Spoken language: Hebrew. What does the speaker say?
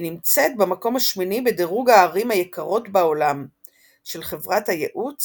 היא נמצאת במקום השמיני בדירוג הערים היקרות בעולם של חברת הייעוץ